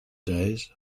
days